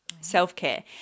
Self-care